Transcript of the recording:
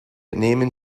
nehmen